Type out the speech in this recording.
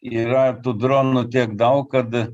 yra tų dronų tiek daug kad